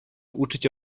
uczyć